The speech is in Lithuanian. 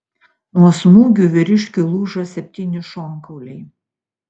nuo smūgių vyriškiui lūžo septyni šonkauliai